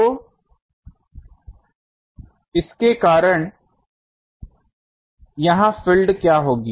तो इस के कारण यहाँ फील्ड क्या होगी